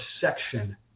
section